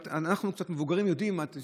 ואנחנו קצת מבוגרים ואנחנו יודעים מה זה,